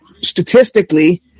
statistically